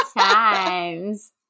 times